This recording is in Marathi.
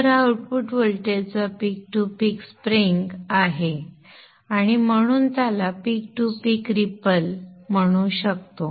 तर हा आउटपुट व्होल्टेजचा पीक टू पीक स्प्रिंग आहे आणि म्हणून आपण त्याला पीक टू पीक रिपल म्हणू शकतो